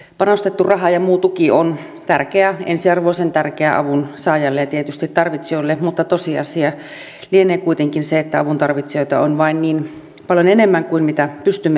panostettu raha ja muu tuki on ensiarvoisen tärkeä avunsaajalle ja tietysti tarvitsijoille mutta tosiasia lienee kuitenkin se että avuntarvitsijoita on vain niin paljon enemmän kuin mitä pystymme auttamaan